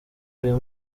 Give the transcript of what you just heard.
uyu